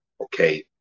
Okay